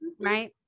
right